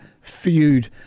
feud